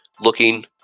looking